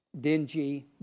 dingy